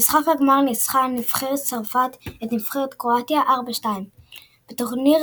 במשחק הגמר ניצחה נבחרת צרפת את נבחרת קרואטיה 2–4. בטורניר